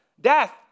death